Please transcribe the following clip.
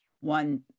one